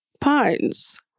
Pines